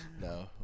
No